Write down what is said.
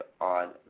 on